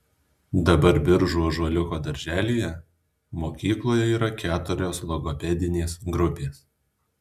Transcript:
dabar biržų ąžuoliuko darželyje mokykloje yra keturios logopedinės grupės